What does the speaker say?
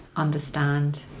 Understand